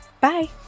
Bye